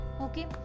Okay